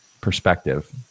perspective